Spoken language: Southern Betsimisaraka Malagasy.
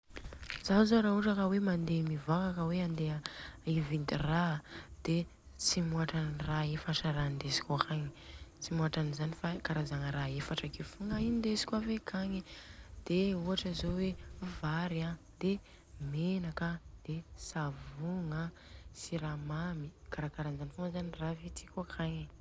zaho zô ra ohatra ka hoe mandeha ivoaka ka ividy ra de tsy mihotran'ny ra efatra ra indesiko akagny. Tsy mihotran'izany fa karazagna ra efatra akeo fogna indesiko avy akagny. de ohatra zô hoe vary an, menaka, savogna an, siramamy. Karakaranzany fogna zany ra vidiko akagny.